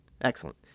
Excellent